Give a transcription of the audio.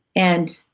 and